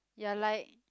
ya like